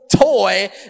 toy